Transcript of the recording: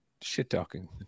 shit-talking